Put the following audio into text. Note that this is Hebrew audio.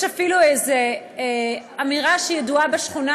יש אפילו איזה אמירה שידועה בשכונה,